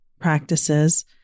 practices